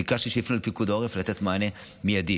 ביקשתי שיפנו לפיקוד העורף לתת מענה מיידי.